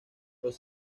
los